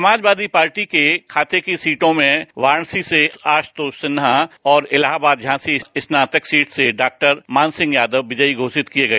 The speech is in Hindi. समाजवादी पार्टी के खाते की सीटों में वाराणसी से आशुतोष सिन्हा और इलाहाबाद झांसी स्नातक सीट से डॉक्टर मान सिंह यादव विजयी घोषित किए गए